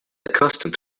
accustomed